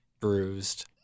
bruised